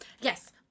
Yes